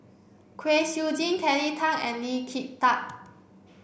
Kwek Siew Jin Kelly Tang and Lee Kin Tat